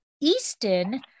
Easton